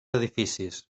edificis